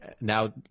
now